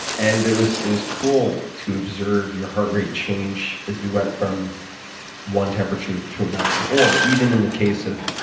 and it was it was cool to observe your heart rate change as we went from one temperature to another. or even in the case of